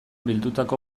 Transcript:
bildutako